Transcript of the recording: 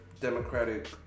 democratic